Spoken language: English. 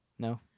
No